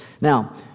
Now